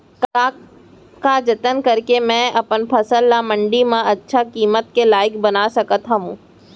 का का जतन करके मैं अपन फसल ला मण्डी मा अच्छा किम्मत के लाइक बना सकत हव?